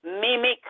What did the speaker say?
mimic